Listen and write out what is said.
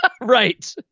Right